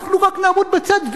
אנחנו רק נעמוד בצד,